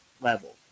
level